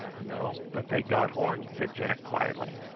no, but they'd got horns, said jack quietly.